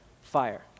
fire